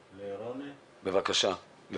בבקשה.